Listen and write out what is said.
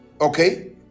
Okay